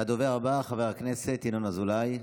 הדובר הבא, חבר הכנסת ינון אזולאי,